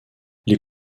les